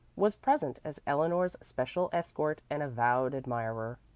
was present as eleanor's special escort and avowed admirer.